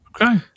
okay